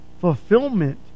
fulfillment